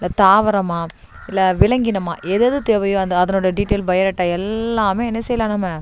இல்லை தாவரமா இல்லை விலங்கினம்மா எது எது தேவையோ அந்த அதனோடய டீடியல் பயோடேட்டா எல்லாமே என்ன செய்யலாம் நம்ம